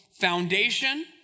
foundation